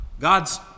God's